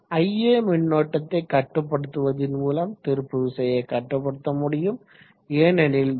ia மின்னோட்டத்தை கட்டுப்படுத்துவதன் மூலம் திருப்புவிசையை கட்டுப்படுத்த முடியும் ஏனெனில் டி